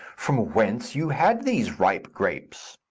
from whence you had these ripe grapes.